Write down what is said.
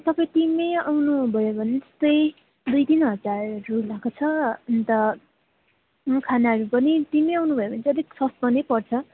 तपाईँ टिमै आउनु भयो भने चाहिँ दुई तिन हजारहरू लाग्छ अन्त म खानाहरू पनि टिमै आउनु भयो भने चाहिँ अलिक सस्तो नै पर्छ